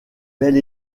belle